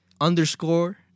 underscore